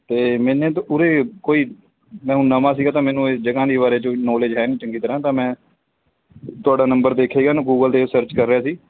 ਅਤੇ ਉਰੇ ਕੋਈ ਮੈਂ ਹੁਣ ਨਵਾਂ ਸੀਗਾ ਤਾਂ ਮੈਨੂੰ ਇਸ ਜਗ੍ਹਾ ਦੇ ਬਾਰੇ ਜੋ ਨੋਲੇਜ ਹੈ ਨਹੀਂ ਚੰਗੀ ਤਰ੍ਹਾਂ ਤਾਂ ਮੈਂ ਤੁਹਾਡਾ ਨੰਬਰ ਦਿੱਖ ਗਿਆ ਨਾ ਗੂਗਲ 'ਤੇ ਸਰਚ ਕਰ ਰਿਹਾ ਸੀ